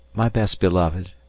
my best beloved,